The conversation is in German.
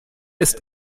ist